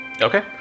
Okay